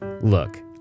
Look